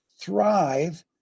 thrive